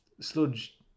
sludge